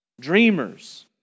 dreamers